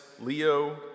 Leo